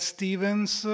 Stevens